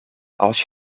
als